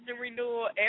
renewal